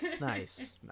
Nice